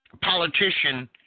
politician